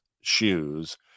shoes